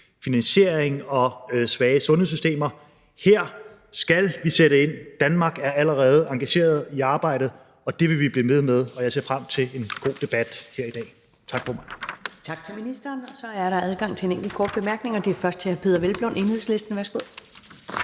finansiering og svage sundhedssystemer. Her skal vi sætte ind. Danmark er allerede engageret i arbejdet, og det vil vi blive ved med. Jeg ser frem til en god debat her i dag. Tak for ordet. Kl. 13:08 Første næstformand (Karen Ellemann): Tak til ministeren. Og så er der adgang til en enkelt kort bemærkning, først fra hr. Peder Hvelplund, Enhedslisten. Værsgo.